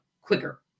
quicker